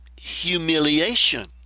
humiliation